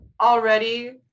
already